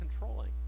controlling